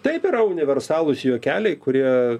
taip yra universalūs juokeliai kurie